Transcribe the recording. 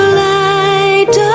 light